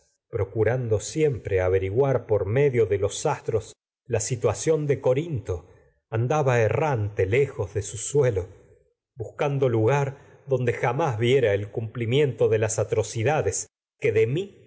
procurando la siem pre averiguar por andaba medio de astros situación de buscando corinto errante lejos de su suelo lugar donde jamás viera el cumplimiento de las atroci dades que de mi